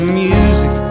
music